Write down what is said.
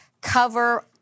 cover